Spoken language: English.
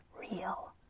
real